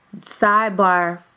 sidebar